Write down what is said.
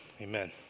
amen